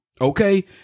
okay